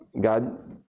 God